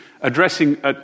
addressing